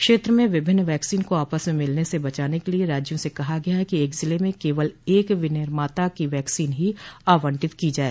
क्षेत्र में विभिन्न वैक्सीन को आपस में मिलने से बचाने के लिए राज्यों से कहा गया है कि एक जिले में केवल एक विनिर्माता की वैक्सीन ही आवंटित की जाए